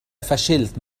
فشلت